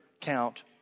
count